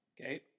Okay